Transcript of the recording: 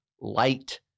light